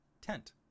tent